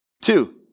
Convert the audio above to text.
Two